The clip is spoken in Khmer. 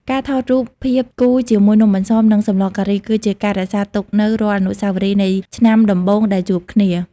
ការថតរូបភាពគូជាមួយនំអន្សម និងសម្លការី គឺជាការរក្សាទុកនូវរាល់អនុស្សាវរីយ៍នៃ "ឆ្នាំដំបូងដែលជួបគ្នា"។